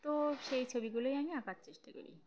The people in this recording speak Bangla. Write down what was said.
তো সেই ছবিগুলোই আমি আঁকার চেষ্টা করি